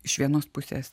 iš vienos pusės